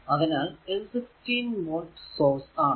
അതിനാൽ ഇത് 16 volt source ആണ്